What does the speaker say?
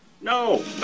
No